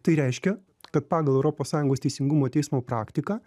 tai reiškia kad pagal europos sąjungos teisingumo teismo praktiką